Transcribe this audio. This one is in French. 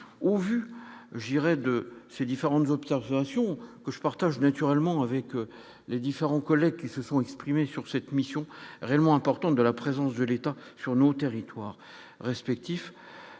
au vu je dirais de ces différentes observations que je partage naturellement avec les différents collègues qui se sont exprimés sur cette mission réellement important de la présence de l'État sur notre territoire respectif